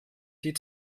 die